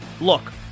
Look